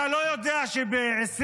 אתה לא יודע שב-2025,